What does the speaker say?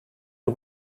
une